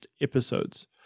episodes